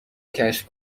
کشف